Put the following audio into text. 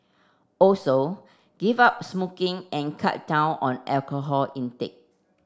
also give up smoking and cut down on alcohol intake